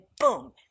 boom